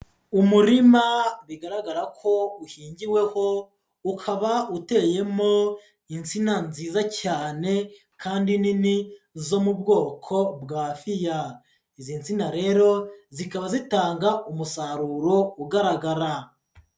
Umurima bigaragara ko uhingiweho ukaba uteyemo insina nziza cyane kandi nini zo mu bwoko bwa fiya, izi nsina rero zikaba zitanga umusaruro ugaragara.